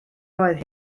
oedd